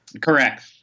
Correct